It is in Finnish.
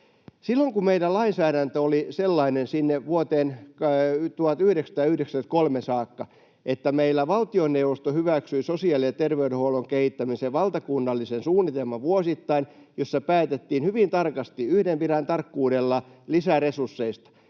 Silloin kun meidän lainsäädäntö oli sellainen sinne vuoteen 1993 saakka, että meillä valtioneuvosto hyväksyi vuosittain sosiaali- ja terveydenhuollon kehittämisen valtakunnallisen suunnitelman, jossa päätettiin hyvin tarkasti, yhden viran tarkkuudella, lisäresursseista,